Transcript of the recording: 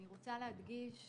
אני רוצה להדגיש,